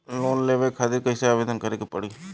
Loan लेवे खातिर कइसे आवेदन करें के पड़ी?